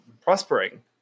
prospering